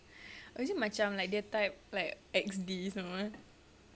oh is it macam like dia type like X D semua